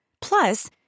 Plus